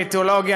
המיתולוגי,